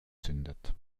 zündet